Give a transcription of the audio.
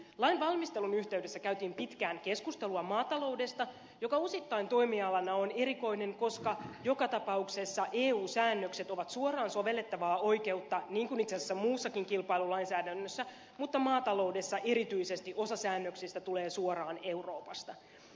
lain valmistelun yhteydessä käytiin pitkään keskustelua maataloudesta joka osittain toimialana on erikoinen koska joka tapauksessa eu säännökset ovat suoraan sovellettavaa oikeutta niin kuin itse asiassa muussakin kilpailulainsäädännössä mutta maataloudessa erityisesti osa säännöksistä tulee suoraan euroopasta